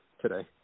today